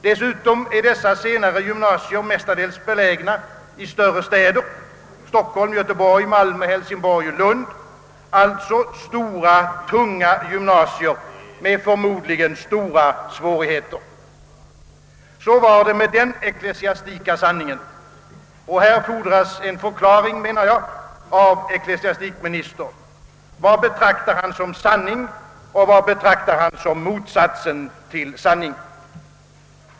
Dessutom är dessa senare gymnasier mestadels belägna i större städer — Stockholm, Göteborg, Malmö, Hälsingborg och Lund — alltså stora, tunga gymnasier med förmodligen stora svårigheter. Så var det med den ecklesiastika sanningen, och här fordras en förklaring, menar jag, av ecklesiastikministern. Vad betraktar han som sanning och vad betraktar han som motsatsen till sanning?